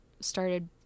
started